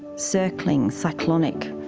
circling cyclonic,